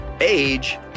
age